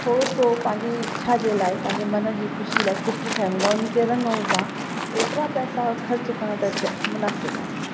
थोरो सो पंहिंजी इच्छा जे लाइ पंहिंजे मन जी ख़ुशी लाइ चित्र ठाहियूं था उन खे रंगू था एतिरा पैसा ख़र्चु करणु त मुनासिबु आहे